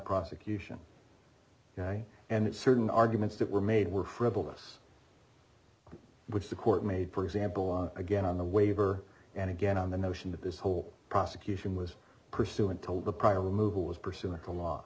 prosecution and certain arguments that were made were frivolous which the court made for example on again on the waiver and again on the notion that this whole prosecution was pursuing told the prior move who was pursuing the law